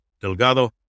Delgado